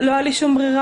לא הייתה לי שום ברירה.